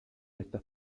estas